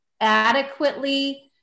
adequately